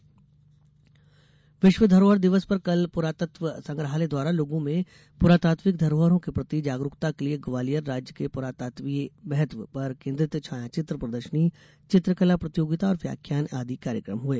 विश्व धरोहर दिवस विश्व धरोहर दिवस पर कल पुरातत्व संग्रहालय द्वारा लोगों में पुरातात्विक धरोहरों के प्रति जागरूकता के लिये ग्वालियर राज्य के पुरातत्वीय महत्व पर केन्द्रित छायाचित्र प्रदर्शनी चित्रकला प्रतियोगिता और व्याख्यान आदि कार्यक्रम हुए